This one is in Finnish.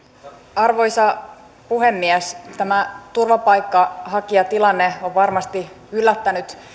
arvoisa puhemies tämä turvapaikanhakijatilanne on varmasti yllättänyt